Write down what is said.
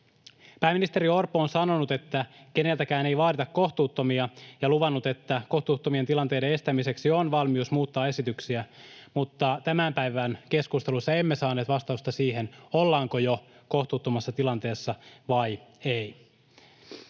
Pääministeri Orpo on sanonut, että keneltäkään ei vaadita kohtuuttomia, ja luvannut, että kohtuuttomien tilanteiden estämiseksi on valmius muuttaa esityksiä. Mutta tämän päivän keskusteluissa emme saaneet vastausta siihen, ollaanko jo kohtuuttomassa tilanteessa vai ei.